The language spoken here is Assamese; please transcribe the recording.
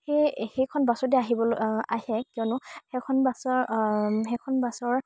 সেই সেইখন বাছতে আহিবলৈ আহে কিয়নো সেইখন বাছৰ সেইখন বাছৰ